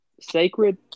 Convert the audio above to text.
sacred